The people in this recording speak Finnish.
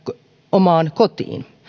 omaan kotiin